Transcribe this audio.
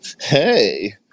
hey